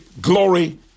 glory